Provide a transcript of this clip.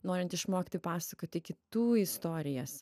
norint išmokti pasakoti kitų istorijas